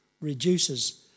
reduces